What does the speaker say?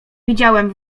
widziałem